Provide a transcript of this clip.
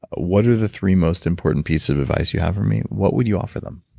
what are the three most important pieces of advice you have for me? what would you offer them?